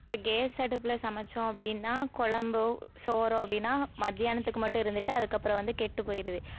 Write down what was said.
இப்போ கேஸ் அடுப்பில் சமைத்தோம் அப்படின்னா கொழம்போ சோறோ அப்படின்னா மத்தியானத்துக்கு மட்டும் இருந்துட்டு அதுக்கப்புறம் வந்து கெட்டுப் போயிடுது